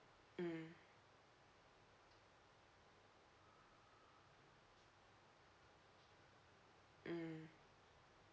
mm mm